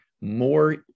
more